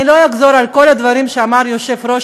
אני לא אחזור על כל הדברים שאמר יושב-ראש